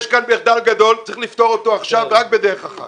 יש כאן מחדל גדול וצריך לפתור אותו עכשיו ורק בדרך אחת,